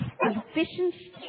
efficiency